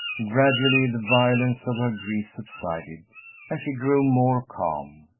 gradually the violence of her grief subsided and she grew more calm,